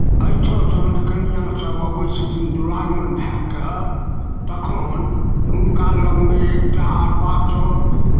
एहिठाँ जहन कनिआँसभ अबैत छथिन द्विरागमन भए कऽ तखन हुनका लगमे एकटा अरबा चाओर